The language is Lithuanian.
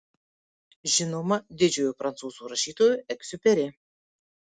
žinoma didžiojo prancūzų rašytojo egziuperi